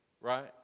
right